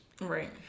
right